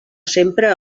sempre